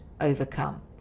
overcome